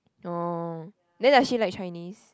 no then does she like Chinese